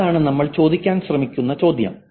അതാണ് നമ്മൾ ചോദിക്കാൻ ശ്രമിക്കുന്ന ചോദ്യം